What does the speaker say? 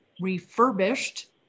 refurbished